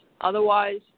Otherwise